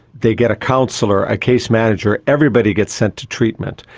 they get a counsellor, a case manager, everybody gets sent to treatment.